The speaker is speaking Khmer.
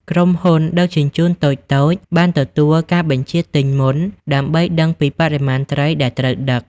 ក្រុមហ៊ុនដឹកជញ្ជូនតូចៗបានទទួលការបញ្ជាទិញមុនដើម្បីដឹងពី បរិមាណត្រី ដែលត្រូវដឹក។